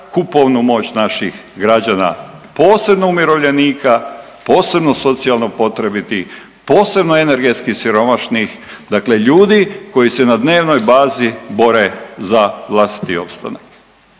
kupovnu moć naših građana, posebno umirovljenika, posebno socijalno potrebitih, posebno energetsko siromašnih dakle, ljudi koji se na dnevnoj bazi bore za vlastiti opstanak.